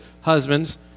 husbands